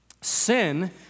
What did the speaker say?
sin